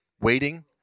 waiting